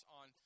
on